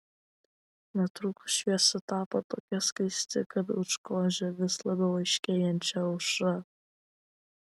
netrukus šviesa tapo tokia skaisti kad užgožė vis labiau aiškėjančią aušrą